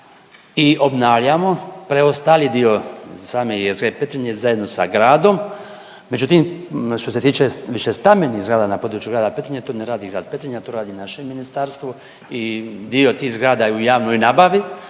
i obnavljamo preostali dio same jezgre Petrinje zajedno sa gradom, međutim što se tiče višestambenih zgrada na području grada Petrinje to ne radi grad Petrinja, to radi naše ministarstvo i dio tih zgrada je u javnoj nabavi,